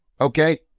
Okay